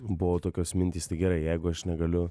buvo tokios mintys tai gerai jeigu aš negaliu